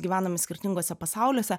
gyvename skirtinguose pasauliuose